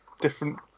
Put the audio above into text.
Different